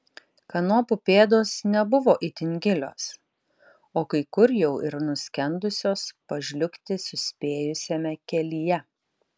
kanopų pėdos nebuvo itin gilios o kai kur jau ir nuskendusios pažliugti suspėjusiame kelyje